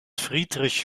friedrich